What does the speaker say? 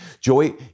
Joy